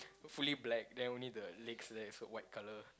fully black then only the legs there is white colour